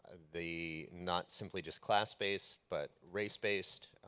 and the not simply just class-based but race-based,